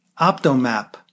Optomap